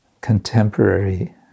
contemporary